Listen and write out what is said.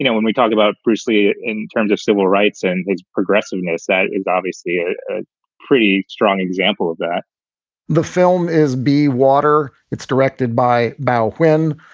you know when we talk about priestley in terms of civil rights and progressiveness, that is obviously a pretty strong example of that the film is b water. it's directed by baldwin.